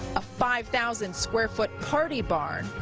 a five thousand square foot party barn,